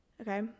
Okay